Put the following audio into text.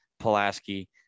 Pulaski